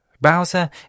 Bowser